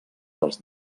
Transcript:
dels